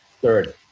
Third